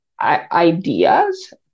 ideas